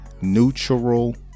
neutral